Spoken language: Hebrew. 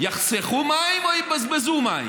יחסכו מים או יבזבזו מים?